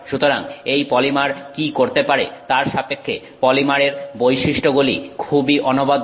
সুতরাং এই পলিমার কি করতে পারে তার সাপেক্ষে পলিমারের বৈশিষ্ট্যগুলি খুবই অনবদ্য